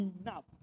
enough